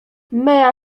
mea